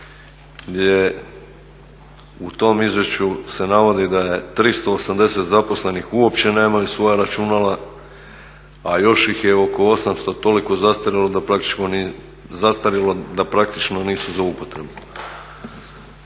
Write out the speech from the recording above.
u tom izvješću se navodi da je 380 zaposlenih uopće nemaju svoja računala, a još ih je oko 800 toliko zastarjelo da praktično nisu za upotrebu.